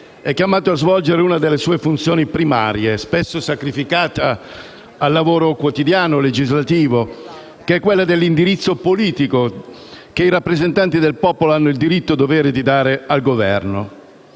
è chiamato a svolgere una delle sue funzioni primarie, spesso sacrificata al lavoro legislativo quotidiano, che è quella dell'indirizzo politico, che i rappresentanti del popolo hanno il diritto e il dovere di dare al Governo.